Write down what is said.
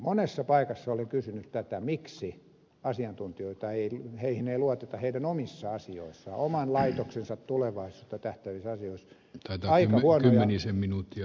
monessa paikassa olen kysynyt tätä miksi asiantuntijoihin ei luoteta heidän omissa asioissaan oman laitoksensa tulevaisuuteen tähtäävissä asioissa